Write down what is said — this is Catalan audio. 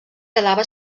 quedava